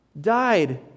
died